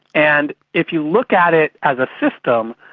and if you look at it as a system,